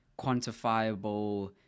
quantifiable